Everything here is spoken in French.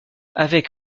avec